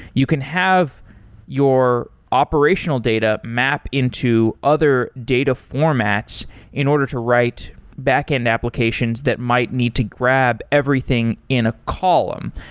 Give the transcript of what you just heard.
you can have your operational data map into other data formats in order to write backend applications that might need to grab everything in a column.